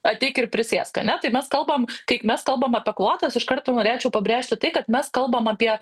ateik ir prisėsk ane tai mes kalbam kaip mes kalbam apie kvotas iš karto norėčiau pabrėžti tai kad mes kalbam apie